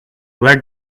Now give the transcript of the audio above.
where